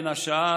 בין השאר,